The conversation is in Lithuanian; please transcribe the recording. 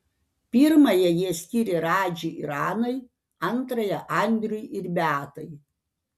pirmąją jie skyrė radži ir anai antrąją andriui ir beatai